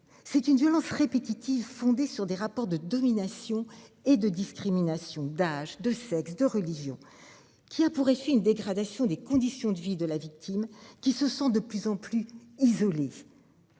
c'est une violence répétitive fondé sur des rapports de domination et de discrimination d'âge, de sexe, de religion qui a pour effet une dégradation des conditions de vie de la victime qui se sont de plus en plus isolé.